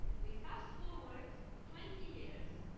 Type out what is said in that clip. we fast-forward twenty years.